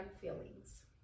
feelings